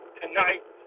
tonight